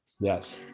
Yes